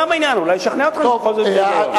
בעניין ואולי לשכנע אתכם שבכל זאת יש בה היגיון.